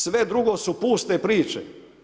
Sve druge su puste priče.